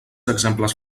exemples